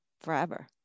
forever